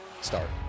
Start